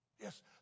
Yes